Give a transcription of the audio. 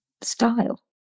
style